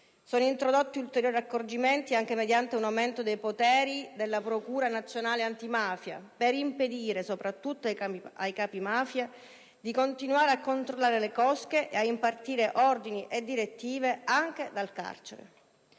stati introdotti ulteriori accorgimenti, anche mediante un aumento dei poteri della Procura nazionale antimafia, per impedire, soprattutto ai capimafia, di continuare a controllare le cosche e a impartire ordini e direttive anche dal carcere.